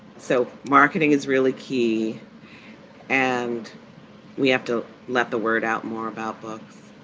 so marketing is really key and we have to let the word out more about books